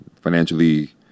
financially